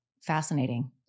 fascinating